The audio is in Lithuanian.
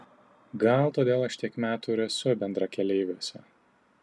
gal todėl aš tiek metų ir esu bendrakeleiviuose